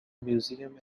museum